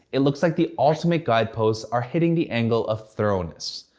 it looks like the ultimate guide posts are hitting the angle of thoroughness.